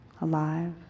alive